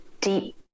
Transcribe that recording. deep